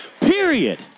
period